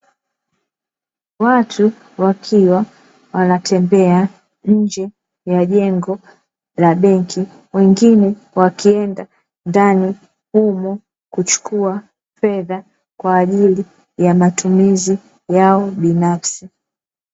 Watu wakiwa wanatembea nje ya jengo la benki, wengine wakienda ndani humo kuchukua fedha kwa ajili ya matumizi yao binafsi.